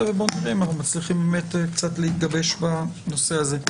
ובואו נראה אם אנחנו מצליחים להתגבש בנושא הזה.